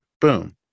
boom